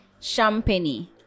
Champagne